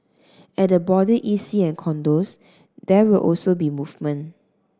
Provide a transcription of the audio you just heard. at the border E C and condos there will also be movement